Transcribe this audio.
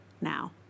now